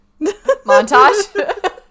montage